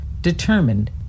determined